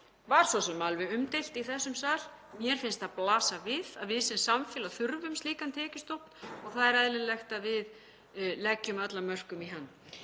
var svo sem alveg umdeilt í þessum sal. Mér finnst það blasa við að við sem samfélag þurfum slíkan tekjustofn og það er eðlilegt að við leggjum öll af mörkum í hann.